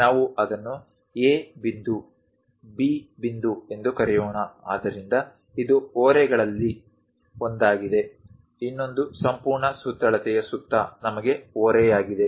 ನಾವು ಅದನ್ನು A ಬಿಂದು B ಬಿಂದು ಎಂದು ಕರೆಯೋಣ ಆದ್ದರಿಂದ ಇದು ಓರೆಗಳಲ್ಲಿ ಒಂದಾಗಿದೆ ಇನ್ನೊಂದು ಸಂಪೂರ್ಣ ಸುತ್ತಳತೆಯ ಸುತ್ತ ನಮಗೆ ಓರೆಯಾಗಿದೆ